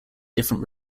different